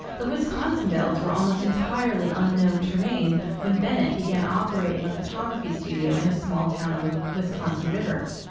the wisconsin dells were almost entirely unknown terrain, when bennett began operating a photography studio in a small town on the wisconsin river.